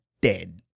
dead